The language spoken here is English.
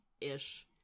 ish